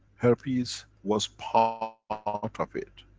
herpes was part ah of it.